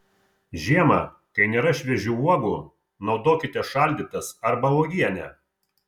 žiemą kai nėra šviežių uogų naudokite šaldytas arba uogienę